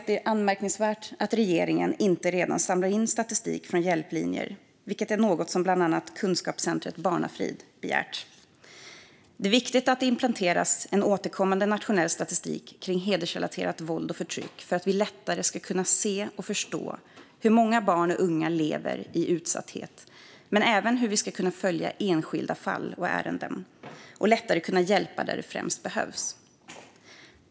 Det är anmärkningsvärt att regeringen inte redan samlar in statistik från hjälplinjer, vilket är något som bland annat kunskapscentrumet Barnafrid begärt. Det är viktigt att det implementeras en återkommande nationell statistik kring hedersrelaterat våld och förtryck för att vi lättare ska kunna se och förstå hur många barn och unga som lever i utsatthet men även för att kunna följa enskilda ärenden och lättare kunna hjälpa där det främst behövs.